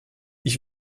ich